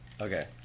Okay